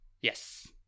yes